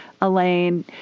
Elaine